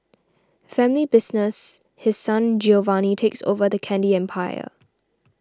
family business His Son Giovanni takes over the candy empire